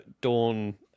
Dawn